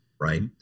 Right